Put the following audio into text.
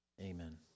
Amen